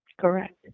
Correct